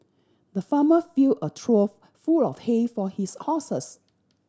the farmer fill a trough full of hay for his horses